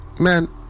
Man